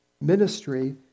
ministry